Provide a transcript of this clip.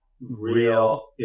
real